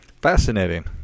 Fascinating